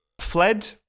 fled